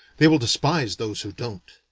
they will despise those who don't.